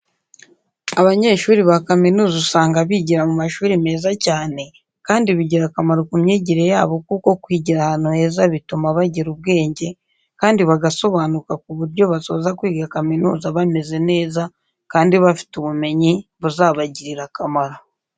Abanyeshuri ba kaminuza usanga bigira mu mashuri meza cyane, kandi bigira akamaro ku myigire yabo kuko kwigira ahantu heza bituma bagira ubwenge kandi bagasobanuka ku buryo basoza kwiga kaminuza bameze neza kandi bafite ubumenyi, buzabagirira akamaro.